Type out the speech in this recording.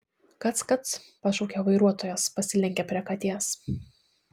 kac kac pašaukė vairuotojas pasilenkė prie katės